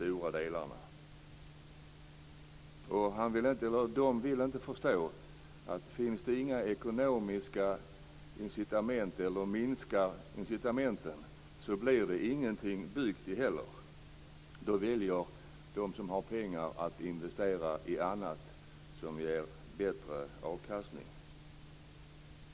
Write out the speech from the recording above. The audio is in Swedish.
Man vill inte förstå att om det inte finns några ekonomiska incitament eller om incitamenten minskar blir det ingenting byggt heller. De som har pengar väljer då att investera i annat som ger bättre avkastning.